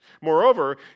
Moreover